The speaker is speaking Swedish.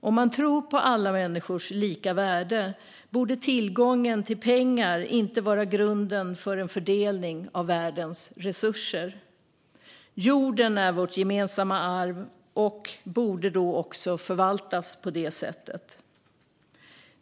Om man tror på alla människors lika värde borde tillgången till pengar inte vara grunden för en fördelning av världens resurser. Jorden är vårt gemensamma arv och borde då också förvaltas på det sättet.